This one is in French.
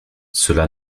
cela